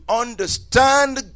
understand